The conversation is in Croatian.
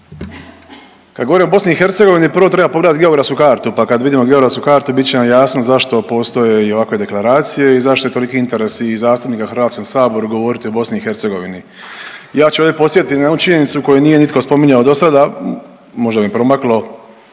Kad govorimo o BiH prvo treba pogledat geografsku kartu, pa kad vidimo geografsku kartu bit će nam jasno zašto postoje i ovakve deklaracije i zašto je toliki interes i zastupnika u HS govoriti o BiH. Ja ću ovdje podsjetiti na jednu činjenicu koju nije nitko spominjao dosada, možda im je promaklo,